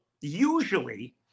usually